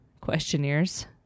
questionnaires